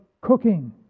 cooking